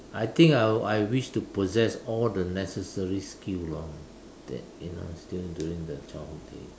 I think I'll I wish to possess all the necessary skill lor that you know still during the childhood day